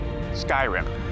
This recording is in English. Skyrim